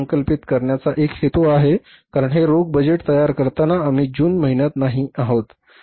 अर्थसंकल्पित करण्याचा एक हेतू आहे कारण हे रोख बजेट तयार करताना आम्ही जून महिन्यात नाही आहोत